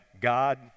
God